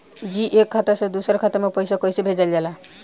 जी एक खाता से दूसर खाता में पैसा कइसे भेजल जाला?